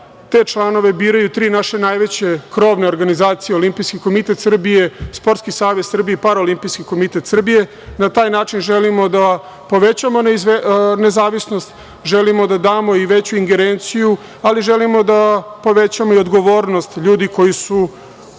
te članove biraju tri naše najveće krovne organizacije – Olimpijski komitet Srbije, Sportski savez Srbije i Paraolimpijski komitet Srbije. Na taj način želimo da povećamo nezavisnost, želimo da damo i veću ingerenciju, ali želimo da povećamo i odgovornost ljudi koji